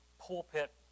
pulpit